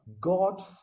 God